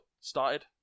started